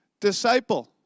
disciple